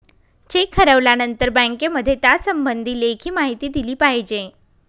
check हरवल्यानंतर बँकेमध्ये त्यासंबंधी लेखी माहिती दिली पाहिजे